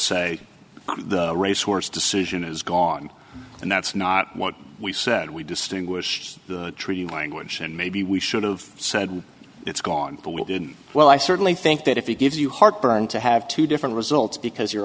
say the racehorse decision is gone and that's not what we said we distinguished the treaty language and maybe we should have said it's gone but we did well i certainly think that if he gives you heartburn to have two different results because you're